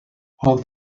all